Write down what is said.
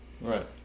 Right